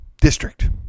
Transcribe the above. district